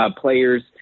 players